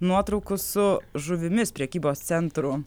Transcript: nuotraukų su žuvimis prekybos centrų